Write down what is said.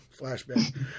Flashback